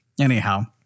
anyhow